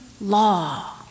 law